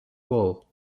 wool